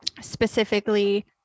specifically